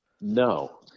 No